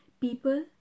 people